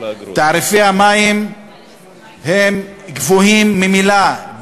תעריפי המים הם גבוהים ממילא,